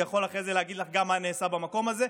הוא יכול להגיד לך אחרי זה מה נעשה במקום הזה.